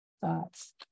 thoughts